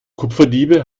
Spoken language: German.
kupferdiebe